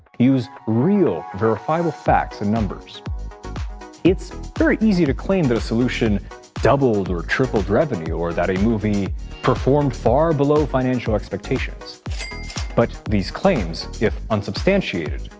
use real, verifiable facts and numbers it's very easy to claim that a solution doubled or tripled revenue, or that a movie performed far below financial expectations but these claims, if unsubstantiated,